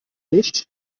nicht